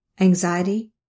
anxiety